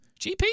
GP